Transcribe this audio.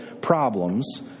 problems